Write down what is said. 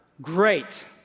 Great